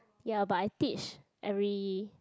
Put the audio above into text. ya but I teach every